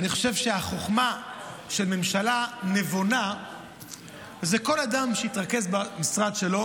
אני חושב שהחוכמה של ממשלה נבונה היא שכל אדם יתרכז במשרד שלו